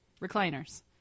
Recliners